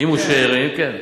אם הוא שאירים, כן.